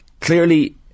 clearly